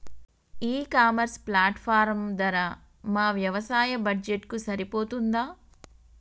ఈ e commerce platform ధర మా వ్యవసాయ బడ్జెట్ కు సరిపోతుందా?